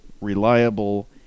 reliable